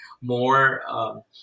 more